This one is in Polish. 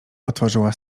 otworzyła